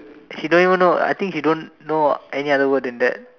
she don't even know I think she don't know any other word than that